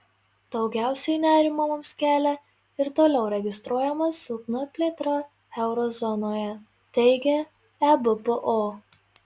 daugiausiai nerimo mums kelia ir toliau registruojama silpna plėtra euro zonoje teigia ebpo